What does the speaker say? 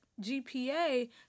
GPA